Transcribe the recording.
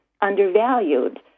undervalued